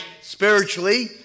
spiritually